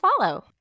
follow